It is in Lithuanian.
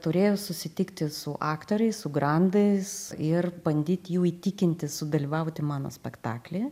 turėjau susitikti su aktoriais su grandais ir bandyt jų įtikinti sudalyvauti mano spektaklyje